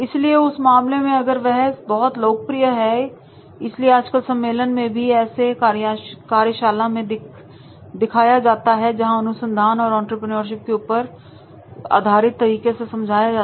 इसलिए उस मामले में अगर यह बहुत लोकप्रिय है इसलिए आजकल सम्मेलन में भी हमें ऐसे कार्यशाला में दिख जाएंगी जो अनुसंधान और एंटरप्रेन्योरशिप के ऊपर आधारित हो